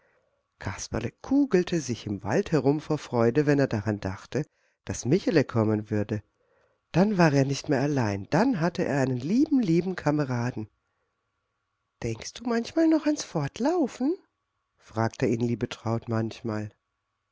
kasperle kugelte sich im wald herum vor freude wenn er daran dachte daß michele kommen würde dann war er nicht mehr allein dann hatte er einen lieben lieben kameraden denkst du noch an das fortlaufen fragte ihn liebetraut manchmal